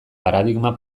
paradigma